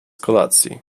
kolacji